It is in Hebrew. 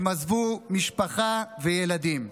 הם עזבו משפחה וילדים.